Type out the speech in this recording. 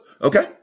okay